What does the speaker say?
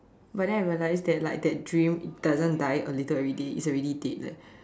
but then I realize that like that dream doesn't die a little everyday it's already dead eh